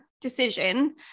decision